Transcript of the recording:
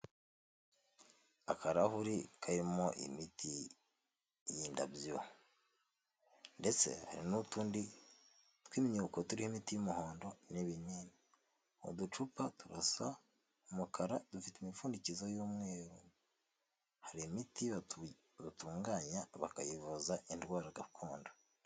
Akarahuri karimo imiti y'indabyo ndetse hari n'utundi tw'imyuko turimoimiti y'umuhondo n'ibinini, uducupa turasaumukara dufite imipfundikizo y'umweru hari imiti batunganya bakayivuza indwara gakondo.